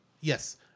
Yes